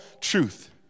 truth